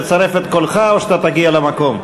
לצרף את קולך או שאתה תגיע למקום?